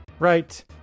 Right